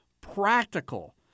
practical